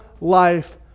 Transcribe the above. life